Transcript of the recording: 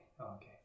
Okay